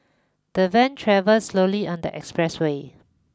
the van travelled slowly on the express way